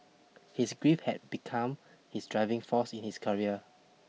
his grief had become his driving force in his career